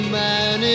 man